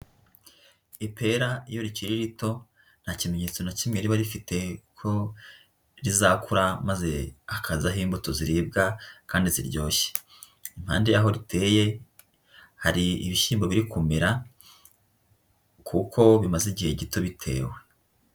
Ipera iyo rikiri rito, nta kimenyetso na kimwe riba rifite ko rizakura maze hakazaho imbuto ziribwa kandi ziryoshye. Impande y'aho riteye hari ibishyimbo biri kumera kuko bimaze igihe gito bitewe.